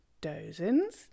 Dozens